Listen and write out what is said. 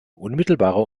unmittelbarer